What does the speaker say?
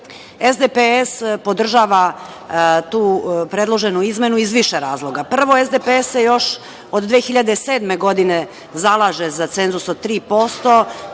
SDPS podržava tu predloženu izmenu iz više razloga. Prvo, SDPS se još od 2007. godine zalaže za cenzus od 3%